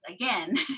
again